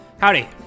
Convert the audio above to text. Howdy